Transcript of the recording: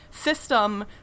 system